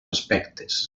aspectes